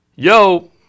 Yo